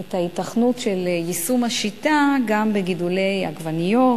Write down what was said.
את ההיתכנות של יישום השיטה גם בגידולי עגבניות,